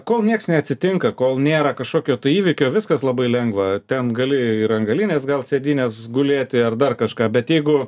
kol nieks neatsitinka kol nėra kažkokio to įvykio viskas labai lengva ten gali ir ant galinės sėdynės gulėti ar dar kažką bet jeigu